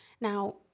Now